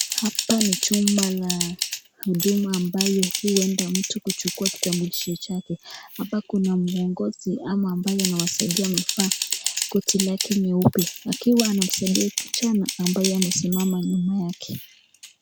Hapa ni chumba la huduma ambayo huenda mtu kuchukua kitambulisho chake. Hapa kuna muongozi ama ambaye anawasaidia amevaa koti lake nyeupe akiwa anamsaidia kijana ambaye amesimama nyuma yake.